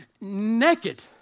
naked